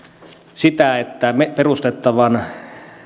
sitä että perustettavan